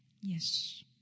Yes